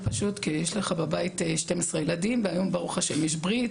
פשוט כי יש לך בבית 12 ילדים והיום ברוך ה' יש ברית